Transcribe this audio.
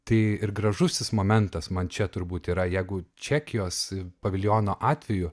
tai ir gražusis momentas man čia turbūt yra jeigu čekijos paviljono atveju